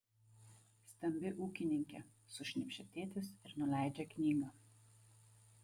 stambi ūkininkė sušnypščia tėtis ir nuleidžia knygą